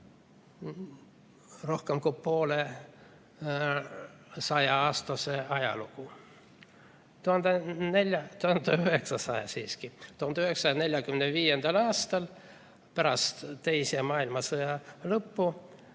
rohkem kui poolesaja aasta tagust ajalugu. 1945. aastal, pärast teise maailmasõja lõppu